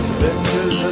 pictures